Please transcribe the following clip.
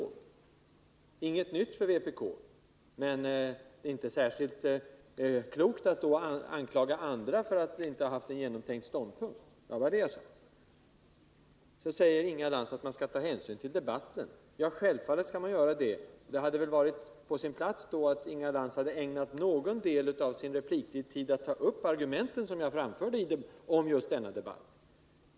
Det är inget nytt för vpk, men det är inte särskilt klokt att då anklaga andra för att inte ha haft en genomtänkt ståndpunkt. Det var vad jag sade. Så säger Inga Lantz att man skall ta hänsyn till debatten. Självfallet skall man göra det, men då hade det väl varit på sin plats att Inga Lantz hade ägnat någon del av sin repliktid åt att ta upp de argument som jag framförde om just denna debatt.